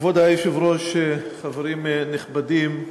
כבוד היושב-ראש, חברים נכבדים,